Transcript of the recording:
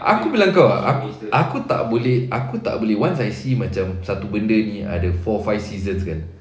aku bilang kau aku aku tak boleh aku tak boleh once I see macam satu benda ni ada four five seasons kan